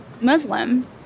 Muslim